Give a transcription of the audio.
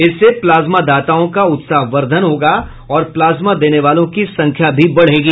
इससे प्लाज्मादाताओं का उत्सावर्द्धन होगा और प्लाज्मा देने वालों की संख्या भी बढ़ेगी